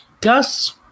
Gus